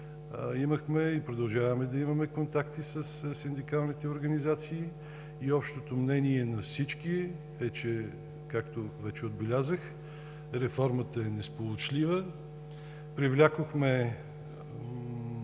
Имахме и продължаваме да имаме контакти със синдикалните организации и общото мнение на всички е, че както вече отбелязах, реформата е несполучлива. Привлякохме